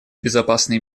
безопасный